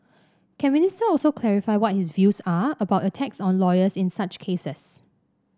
can Minister also clarify what his views are about attacks on lawyers in such cases